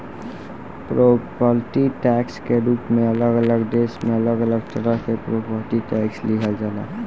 property tax के रूप में अलग अलग देश में अलग अलग तरह से प्रॉपर्टी टैक्स लिहल जाला